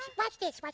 watch this, but